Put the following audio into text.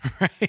Right